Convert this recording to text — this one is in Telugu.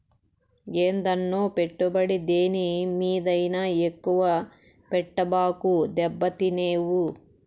ఏందన్నో, పెట్టుబడి దేని మీదైనా ఎక్కువ పెట్టబాకు, దెబ్బతినేవు